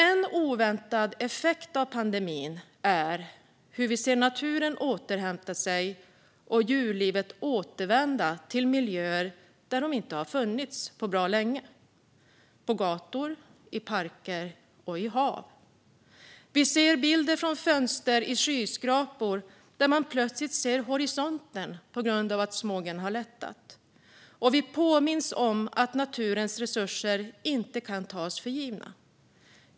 En oväntad effekt av pandemin är att vi ser naturen återhämta sig och djurlivet återvända till miljöer där de inte funnits på bra länge - på gator, i parker och i hav. Vi ser bilder från fönster i skyskrapor där man plötsligt ser horisonten tack vare att smogen har lättat, och vi påminns om att naturens resurser inte kan tas för givna.